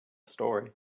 story